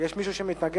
יש מישהו שמתנגד?